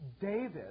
David